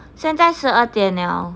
现在十二点 liao